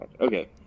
okay